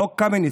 חוק קמיניץ,